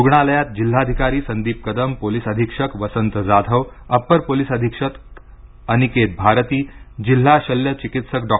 रुग्णालयात जिल्हाधिकारी संदीप कदम पोलीस अधीक्षक वसंत जाधव अपर पोलीस अधीक्षक अनिकेत भारती जिल्हा शल्य चिकित्सक डॉ